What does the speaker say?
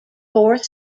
fourth